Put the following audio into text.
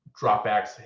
dropbacks